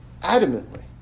Adamantly